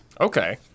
Okay